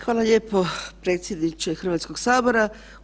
Hvala lijepo predsjedniče Hrvatskog sabora.